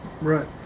Right